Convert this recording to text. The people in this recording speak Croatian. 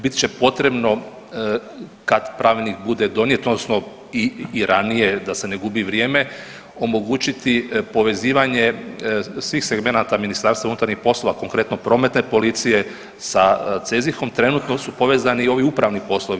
Bit će potrebno kad pravilnik bude donijet, odnosno i ranije da se ne gubi vrijeme, omogućiti povezivanje svih segmenata Ministarstva unutarnjih poslova, konkretno, prometne policije sa CEZIH-om, trenutno su povezani i ovi upravni poslovi.